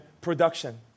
production